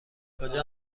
کجا